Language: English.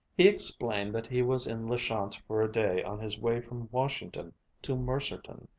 he explained that he was in la chance for a day on his way from washington to mercerton,